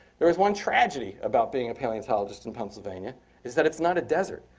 there was one tragedy about being a paleontologist in pennsylvania is that it's not a desert.